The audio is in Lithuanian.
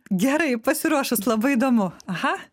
gerai pasiruošus labai įdomu aha